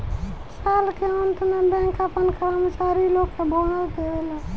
साल के अंत में बैंक आपना कर्मचारी लोग के बोनस देवेला